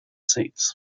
seats